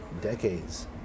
decades